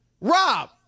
Rob